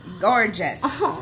gorgeous